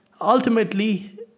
Ultimately